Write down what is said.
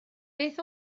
beth